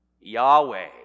Yahweh